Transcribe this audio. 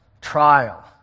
trial